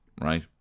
right